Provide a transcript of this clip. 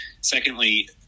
Secondly